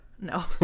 No